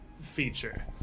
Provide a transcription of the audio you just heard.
feature